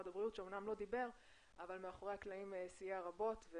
הבריאות שאמנם לא דיבר אבל מאחורי הקלעים סייע רבות.